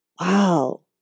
Wow